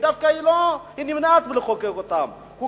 והיא דווקא נמנעת מלחוקק אותם,